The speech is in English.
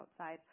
outside